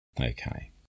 Okay